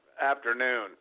afternoon